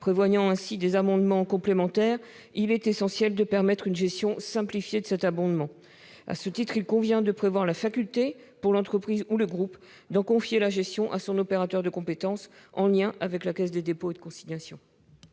prévoyant des abondements complémentaires, il est essentiel de permettre une gestion simplifiée de ceux-ci. À ce titre, il convient de prévoir la possibilité pour l'entreprise ou le groupe d'en confier la gestion à son opérateur de compétences, en lien avec la Caisse des dépôts et consignations.